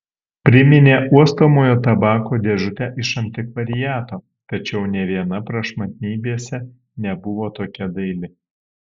priminė uostomojo tabako dėžutę iš antikvariato tačiau nė viena prašmatnybėse nebuvo tokia daili